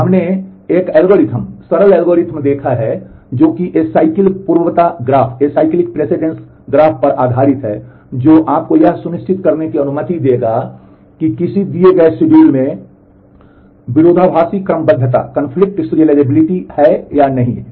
और हमने एक एल्गोरिथ्म सरल एल्गोरिथ्म देखा है जो कि एसाइकल पूर्वता ग्राफ है या नहीं